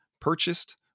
purchased